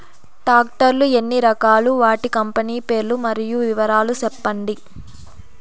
Tractor లు ఎన్ని రకాలు? వాటి కంపెని పేర్లు మరియు వివరాలు సెప్పండి?